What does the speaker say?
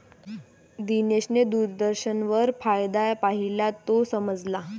दिनेशने दूरदर्शनवर फायदा पाहिला, तो समजला